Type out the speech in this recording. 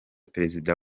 perezida